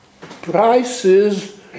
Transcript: prices